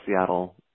Seattle